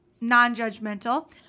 non-judgmental